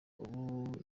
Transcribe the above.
ubu